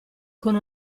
con